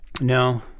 No